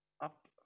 up